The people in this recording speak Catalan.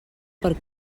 per